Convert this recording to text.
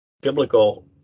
biblical